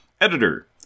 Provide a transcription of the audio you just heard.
Editor